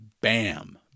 bam